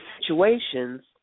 situations